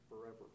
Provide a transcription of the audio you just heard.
forever